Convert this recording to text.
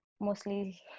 mostly